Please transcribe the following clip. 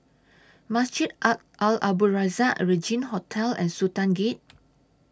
Masjid Al Abdul Razak Regin Hotel and Sultan Gate